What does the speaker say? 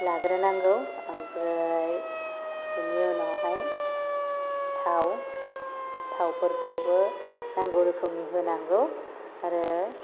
लाग्रोनांगौ आमफ्राय बेनि उनावहाय थाव थावफोरखौबो नांगौ रोखोमनि होनांगौ आरो